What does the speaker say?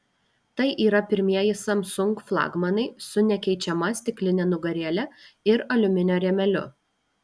tai yra pirmieji samsung flagmanai su nekeičiama stikline nugarėle ir aliuminio rėmeliu